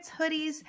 hoodies